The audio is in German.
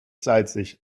salzig